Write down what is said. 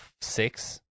six